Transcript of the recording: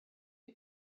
dvd